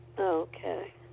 Okay